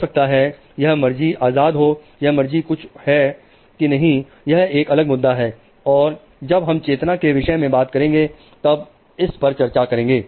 हो सकता है यह मर्जी आजाद हो यह मर्जी कुछ है कि नहीं यह एक अलग मुद्दा है और जब हम चेतना के विषय में बात करेंगे तब इस पर चर्चा करेंगे